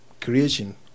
creation